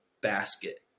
basket